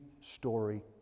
story